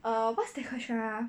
err what's the question ah